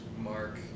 Mark